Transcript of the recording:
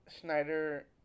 Schneider